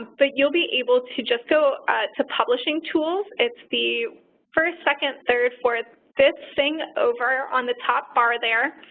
but you'll be able to just go to publishing tools. it's the first, second, third, fourth, fifth thing over on the top bar there.